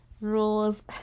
rules